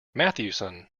matthewson